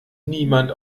niemand